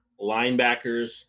linebackers